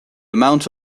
amount